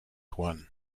one